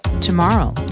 tomorrow